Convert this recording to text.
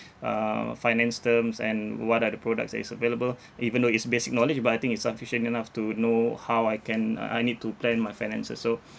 uh finance terms and what are the products that is available even though is basic knowledge but I think it's sufficient enough to know how I can uh I need to plan my finances so